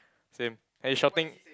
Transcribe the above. same and he's shouting